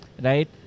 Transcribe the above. right